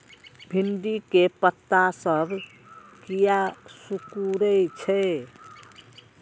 भिंडी के पत्ता सब किया सुकूरे छे?